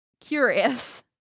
curious